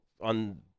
on